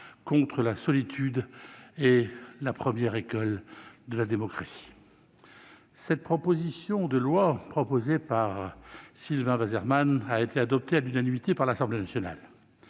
contre la solitude et la première école de la démocratie. Cette proposition de loi, déposée par Sylvain Waserman, a été adoptée à l'unanimité par l'Assemblée nationale.